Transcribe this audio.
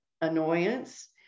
annoyance